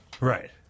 Right